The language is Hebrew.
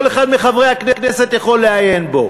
כל אחד מחברי הכנסת יכול לעיין בו.